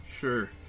sure